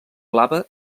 blava